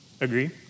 agree